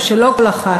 קול אחד,